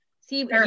See